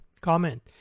Comment